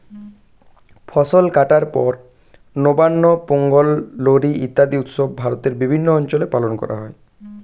ফসল কাটার পর নবান্ন, পোঙ্গল, লোরী ইত্যাদি উৎসব ভারতের বিভিন্ন অঞ্চলে পালন করা হয়